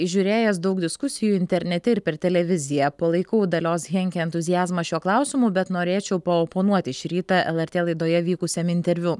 žiūrėjęs daug diskusijų internete ir per televiziją palaikau dalios henke entuziazmą šiuo klausimu bet norėčiau paoponuoti šį rytą lrt laidoje vykusiam interviu